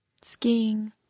skiing